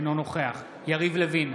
אינו נוכח יריב לוין,